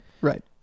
right